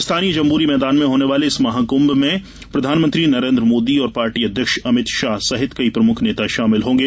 स्थानीय जम्बूरी मैदान में होने वाले इस महाकुंभ में प्रधानमंत्री नरेन्द्र मोदी और पार्टी अध्यक्ष अभित शाह सहित कई प्रमुख नेता शामिल होंगे